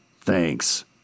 Thanks